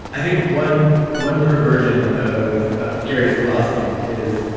i think one one perversion of of gary's philosophy is,